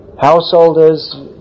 householders